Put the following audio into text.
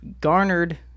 garnered